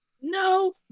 No